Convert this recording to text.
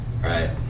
Right